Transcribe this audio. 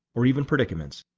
or even predicaments,